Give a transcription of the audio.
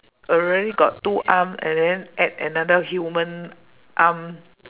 already got two arm and then add another human arm